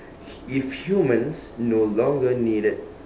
if humans no longer needed